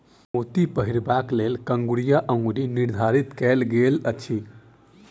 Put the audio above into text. मोती पहिरबाक लेल कंगुरिया अंगुरी निर्धारित कयल गेल अछि